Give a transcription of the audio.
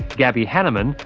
gaby hanneman,